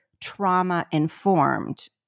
trauma-informed